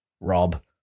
Rob